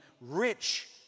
rich